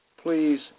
Please